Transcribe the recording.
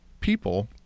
people